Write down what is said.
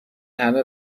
همه